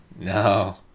No